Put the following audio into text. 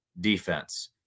defense